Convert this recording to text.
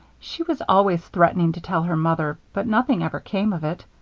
she was always threatening to tell her mother, but nothing ever came of it.